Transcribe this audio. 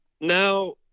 Now